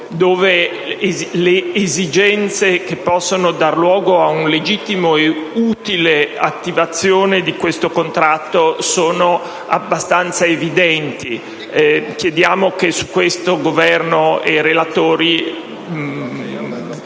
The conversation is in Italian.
cui le esigenze che possono dar luogo a una legittima e utile attivazione di tale contratto sono abbastanza evidenti. Chiediamo dunque che il Governo e i relatori